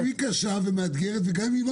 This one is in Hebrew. גם אם היא קשה ומאתגרת וגם אם היא לא